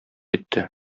итте